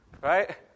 right